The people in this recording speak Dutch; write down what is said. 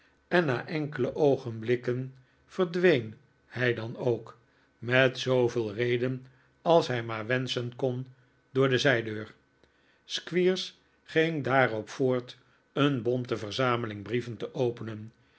en na enkele oogenblikken verdween hij dan ook met zooveel reden als hij maar wenschen kon door de zijdeur squeers ging daarop voort een bonte verzameling brieven te openen